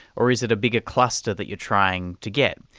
or is it a bigger cluster that you are trying to get?